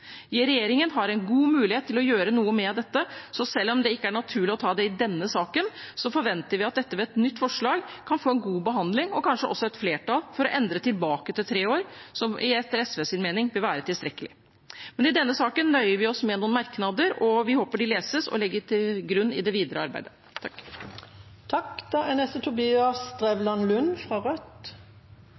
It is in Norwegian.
Regjeringen har en god mulighet til å gjøre noe med dette, så selv om det ikke er naturlig å ta det i denne saken, forventer vi at dette ved et nytt forslag kan få en god behandling og kanskje også et flertall for å endre tilbake til tre år, som etter SVs mening burde være tilstrekkelig. I denne saken nøyer vi oss med noen merknader, og vi håper de leses og legges til grunn i det videre arbeidet.